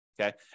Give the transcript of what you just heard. Okay